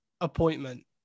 appointment